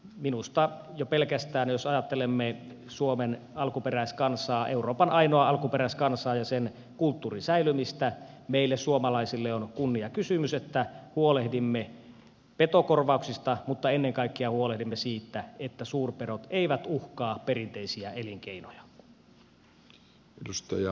minusta jo pelkästään jos ajattelemme suomen alkuperäiskansaa euroopan ainoaa alkuperäiskansaa ja sen kulttuurin säilymistä on meille suomalaisille on kunniakysymys että huolehdimme petokorvauksista mutta ennen kaikkea huolehdimme siitä että suurpedot eivät uhkaa perinteisiä elinkeinoja